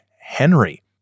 Henry